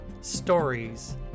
stories